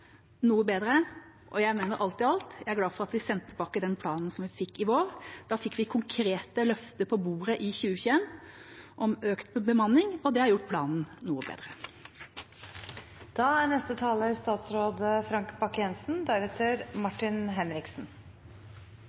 noe bedre, og alt i alt er jeg glad for at vi sendte tilbake den planen vi fikk i vår. Da fikk vi konkrete løfter på bordet om økt bemanning i 2021, og det har gjort planen noe bedre. Dette er